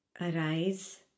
arise